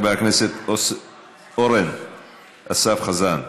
חבר הכנסת אורן אסף חזן,